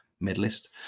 medalist